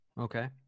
Okay